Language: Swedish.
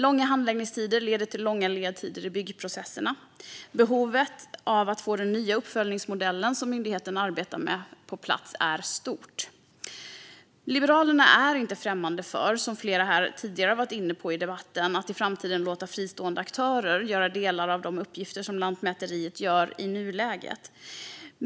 Långa handläggningstider leder till långa ledtider i byggprocesserna. Behovet av att få på plats den nya uppföljningsmodellen, som myndigheten arbetar med, är stort. Liberalerna är inte främmande för att i framtiden låta fristående aktörer göra delar av de uppgifter som Lantmäteriet i nuläget gör, som flera har varit inne på tidigare i debatten.